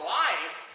life